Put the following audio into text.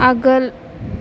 आगोल